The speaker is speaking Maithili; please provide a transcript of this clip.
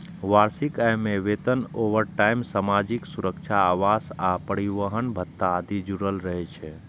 वार्षिक आय मे वेतन, ओवरटाइम, सामाजिक सुरक्षा, आवास आ परिवहन भत्ता आदि जुड़ल रहै छै